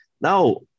Now